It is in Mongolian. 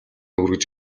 хүргэж